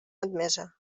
admesa